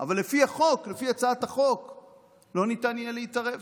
אבל לפי החוק, לא ניתן יהיה להתערב.